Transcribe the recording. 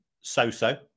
so-so